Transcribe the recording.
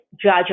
judge